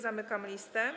Zamykam listę.